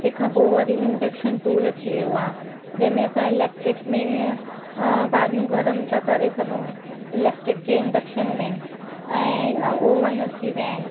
तंहिंखां पोइ वरी इंडक्शन टूल अची वियो आहे जंहिंमें असां इलेक्ट्रिक में भाॼियूं गरमु था करे सघूं इलेक्ट्रिक जे इंडक्शन में ऐं ओवन अची विया आहिनि